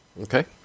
Okay